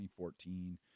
2014